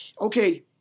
okay